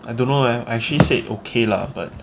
I don't know leh ashley said okay lah but